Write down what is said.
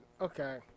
Okay